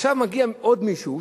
עכשיו מגיע עוד מישהו,